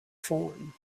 form